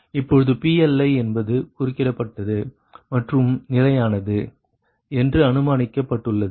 இப்பொழுது PLi என்பது குறிக்கப்பட்டது மற்றும் நிலையானது என்று அனுமானிக்க பட்டுள்ளது